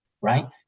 right